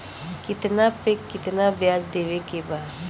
कितना पे कितना व्याज देवे के बा?